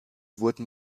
wurden